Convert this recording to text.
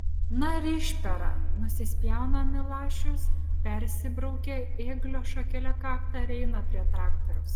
na ir išpera nusispjauna milašius persibraukia ėglio šakele kaktą ir eina prie traktoriaus